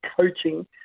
coaching